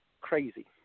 crazy